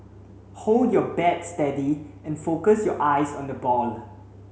hold your bat steady and focus your eyes on the ball